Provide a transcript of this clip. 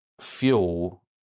fuel